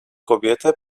kobietę